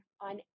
on